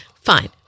fine